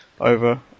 over